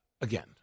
Again